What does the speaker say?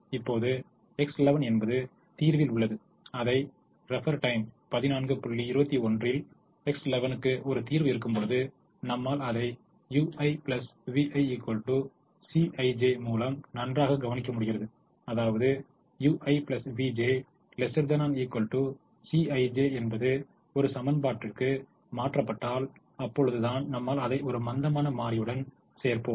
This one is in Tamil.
இப்போது X11 என்பது தீர்வில் உள்ளது அதை X11 க்கு ஒரு தீர்வு இருக்கும்போது நம்மால் அதை u1 v1 C11 மூலமாக நன்றாக கவனிக்க முடிகிறது அதாவது ui vj ≤ Cij என்பது ஒரு சமன்பாட்டிற்கு மாற்றப்பட்டால் அப்பொழுது தான் நம்மால் அதை ஒரு மந்தமான மாறியுடன் சேர்ப்போம்